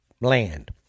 land